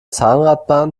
zahnradbahn